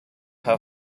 how